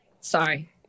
sorry